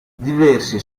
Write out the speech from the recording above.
diversi